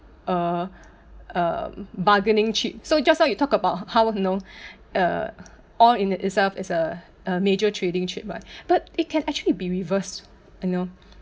uh uh bargaining chip so just now you talk about how you know uh oil in it itself is a a major trading chip but but it can actually be reverse you know